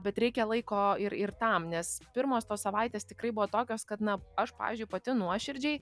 bet reikia laiko ir ir tam nes pirmos tos savaitės tikrai buvo tokios kad na aš pavyzdžiui pati nuoširdžiai